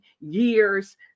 years